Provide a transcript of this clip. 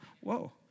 Whoa